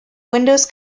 windows